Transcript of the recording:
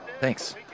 Thanks